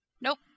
Nope